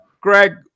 Greg